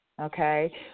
okay